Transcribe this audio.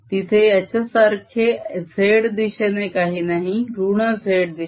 तिथे याच्यासारखे z दिशेने काही नाही ऋण z दिशेने